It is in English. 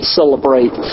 celebrate